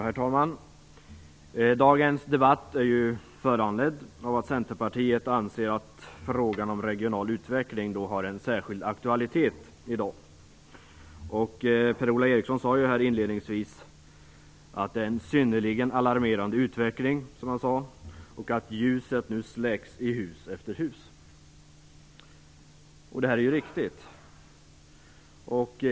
Herr talman! Dagens debatt är föranledd av att Centerpartiet anser att frågan om regional utveckling har en särskild aktualitet i dag. Per-Ola Eriksson sade inledningsvis att det är en synnerligen alarmerande utveckling och att ljuset nu släcks i hus efter hus. Detta är riktigt.